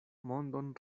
mondon